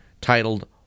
titled